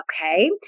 okay